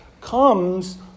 comes